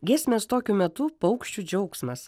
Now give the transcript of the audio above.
giesmės tokiu metu paukščių džiaugsmas